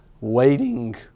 waiting